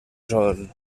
sol